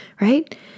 right